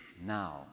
now